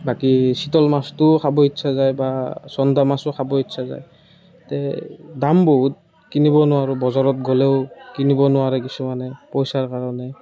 বাকী চিতল মাছটোও খাব ইচ্ছা যায় বা চন্দা মাছো খাব ইচ্ছা যায় তাতে দাম বহুত কিনিব নোৱাৰোঁ বজাৰত গ'লেও কিনিব নোৱাৰে কিছুমানে পইচাৰ কাৰণে